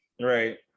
right